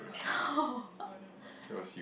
oh